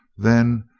then,